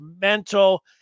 mental